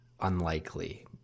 unlikely